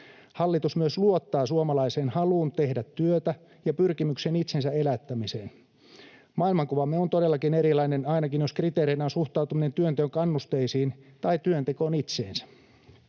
Hallitus myös luottaa suomalaisten haluun tehdä työtä ja pyrkimykseen itsensä elättämiseen. Maailmankuvamme on todellakin erilainen ainakin, jos kriteereinä on suhtautuminen työnteon kannusteisiin tai työntekoon itseensä.